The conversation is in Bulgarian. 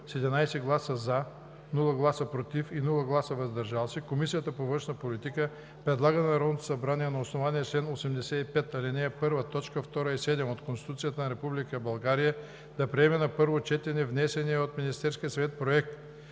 11 гласа „за“, без „против“ и „въздържал се“ Комисията по външна политика предлага на Народното събрание на основание чл. 85, ал. 1, т. 2 и 7 от Конституцията на Република България да приеме на първо четене внесения от Министерския съвет Проект